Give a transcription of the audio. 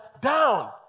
down